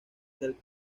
del